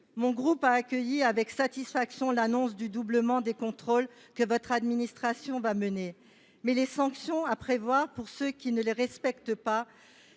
mon groupe a accueilli avec satisfaction l’annonce du doublement des contrôles que votre administration va mener. Toutefois, les sanctions envers ceux qui ne respectent pas